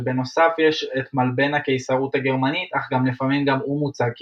ובנוסף יש את מלבן הקיסרות הגרמנית אך גם לפעמים גם הוא מוצג כעיגול.